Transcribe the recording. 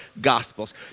Gospels